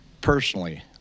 personally